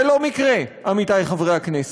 זה לא מקרה, עמיתי חברי הכנסת,